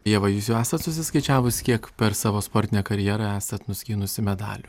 ieva jūs jau esat susiskaičiavus kiek per savo sportinę karjerą esat nuskynusi medalių